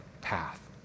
path